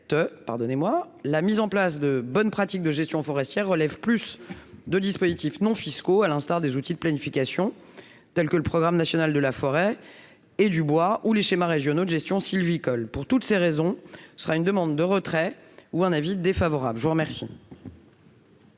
être complète, la mise en place de bonnes pratiques de gestion forestière relève plus de dispositifs non fiscaux, à l'instar d'outils de planification tels que le programme national de la forêt et du bois ou les schémas régionaux de gestion sylvicole. Pour toutes ces raisons, le Gouvernement demande le retrait de ces amendements